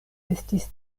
estis